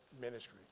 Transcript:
ministry